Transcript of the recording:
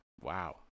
Wow